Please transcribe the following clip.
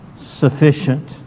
sufficient